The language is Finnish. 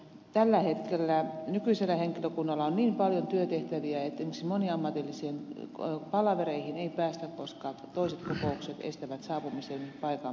tällä hetkellä nykyisellä henkilökunnalla on niin paljon työtehtäviä että esimerkiksi moniammatillisiin palavereihin ei päästä koska toiset kokoukset estävät saapumisen paikan päälle